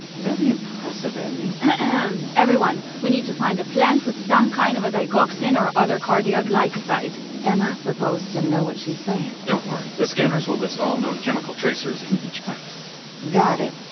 very impressive andi um everyone, we need to find a plant with some kind of digoxin, or other cardiac glycoside am i supposed to know what she's saying? don't worry, the scanners will list all known chemical tracers in each plant got it.